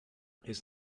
his